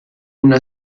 una